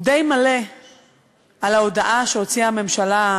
די מלא על ההודעה שהוציאה הממשלה,